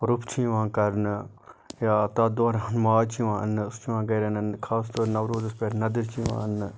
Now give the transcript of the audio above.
روٚف چھُ یِوان کَرنہٕ یا تتھ دوران ماز چھُ یِوان اَننہٕ سُہ چھُ یِوان گَرِ رننہٕ خاص طور نوروزس پیٚٹھ نَدٕرۍ چھِ یِوان اَننہٕ